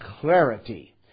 clarity